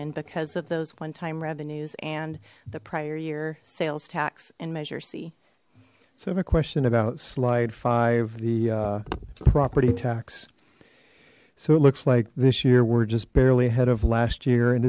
e because of those one time revenues and the prior year sales tax and measure c so have a question about slide five the property tax so it looks like this year we're just barely ahead of last year and